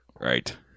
Right